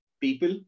people